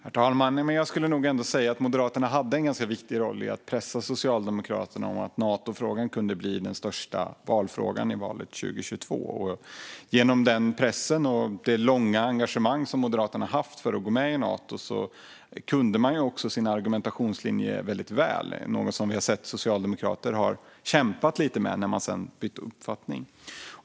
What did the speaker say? Herr talman! Jag skulle nog ändå säga att Moderaterna hade en ganska viktig roll i att pressa Socialdemokraterna om att Natofrågan kunde bli den största frågan i valet 2022. Genom den pressen och det långvariga engagemang som Moderaterna har haft för att Sverige ska gå med i Nato kunde man sin argumentationslinje väldigt väl; vi har sett socialdemokrater kämpa lite med detta efter att partiet bytte uppfattning.